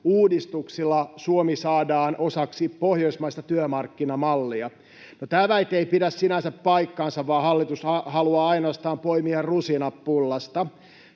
uudistuksilla Suomi saadaan osaksi pohjoismaista työmarkkinamallia. No, tämä väite ei pidä sinänsä paikkaansa, vaan hallitus haluaa ainoastaan poimia rusinat pullasta.